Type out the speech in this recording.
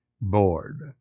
board